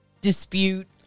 dispute